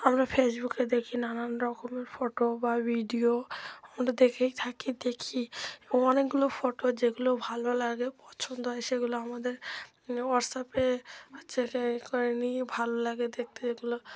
আমরা ফেসবুকে দেখি নানান রকমের ফটো বা ভিডিও আমরা দেখেই থাকি দেখি এবং অনেকগুলো ফটো যেগুলো ভালো লাগে পছন্দ হয় সেগুলো আমাদের হোয়াটসঅ্যাপে হচ্ছে ই করে নিয়েই ভালো লাগে দেখতে এগুলো